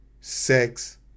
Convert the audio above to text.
sex